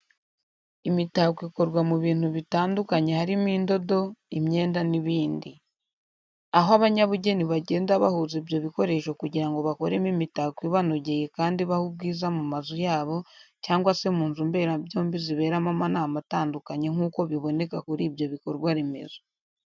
Imitako ikorwa mu bintu bitandukanye harimo indodo , imyenda ni bindi.. Aho abanyabugeni bagenda bahuza ibyo bikoresho kugirango bakoremo imitako ibanonogeye kandi ibaha ubwiza mumazu yabo cyangwa se mu nzu mberabyombi ziberamo amanama atandukanye nkuko biboneka kuri ibyo bikorwa remezo.